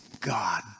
God